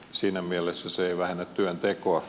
siinä mielessä se ei vähennä työntekoa